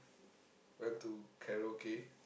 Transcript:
went to karaoke